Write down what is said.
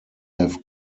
have